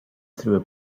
through